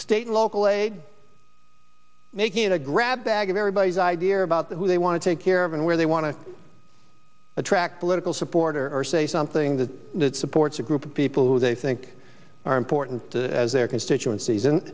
state local aid making it a grab bag of everybody's idea about who they want to take care of and where they want to attract political supporter or say something that supports a group of people who they think are important to their constituen